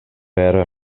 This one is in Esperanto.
per